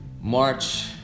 March